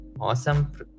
Awesome